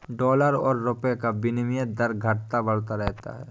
dollar और रूपए का विनियम दर घटता बढ़ता रहता है